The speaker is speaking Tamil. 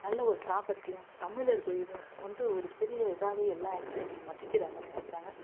நல்ல ஒரு தாக்கத்தையும் தமிழர்களையும் வந்து ஒரு பெரிய இதாகவே எல்லா இடத்துலையும் மதிக்கிறாங்க நினைக்கிறாங்க